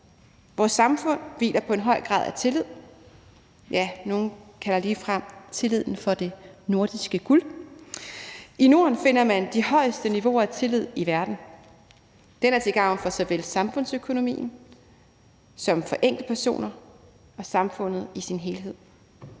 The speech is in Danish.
Vores samfund hviler på en høj grad af tillid – ja, nogle kalder ligefrem tilliden for det nordiske guld. I Norden finder man de højeste niveauer af tillid i verden. Det er til gavn for såvel samfundsøkonomien som for enkeltpersoner og samfundet i sin helhed.